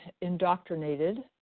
indoctrinated